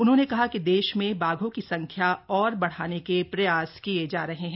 उन्होंने कहा कि देश में बाघों की संख्या और बढ़ाने के प्रयास किए जा रहे हैं